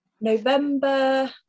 november